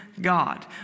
God